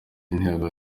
intego